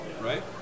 right